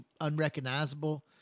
unrecognizable